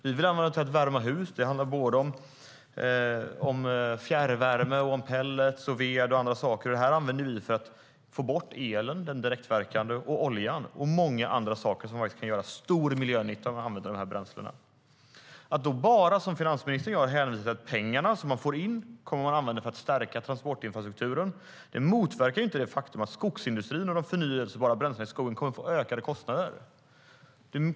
Vi vill använda dem till att värma hus, såväl i form av fjärrvärme som pellets, ved och andra saker. Vi vill använda bränslena för att få bort den direktverkande elen och oljan samt många andra saker som kan göra stor miljönytta om vi använder de här bränslena. Finansministern hänvisar bara till att de pengar som man får in ska användas till att stärka transportinfrastrukturen. Det motverkar inte det faktumet att skogsindustrin och de förnybara bränslena i skogen kommer att få ökade kostnader.